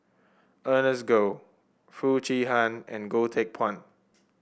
Ernest Goh Foo Chee Han and Goh Teck Phuan